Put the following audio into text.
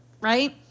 right